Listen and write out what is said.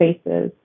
spaces